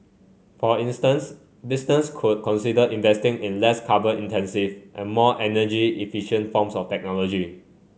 for instance business could consider investing in less carbon intensive and more energy efficient forms of technology